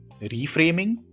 reframing